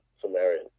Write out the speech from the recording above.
Sumerian